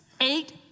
eight